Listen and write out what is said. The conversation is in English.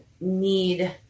need